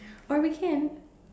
or we can